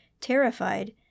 Terrified